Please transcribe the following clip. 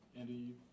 Andy